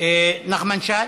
נחמן שי,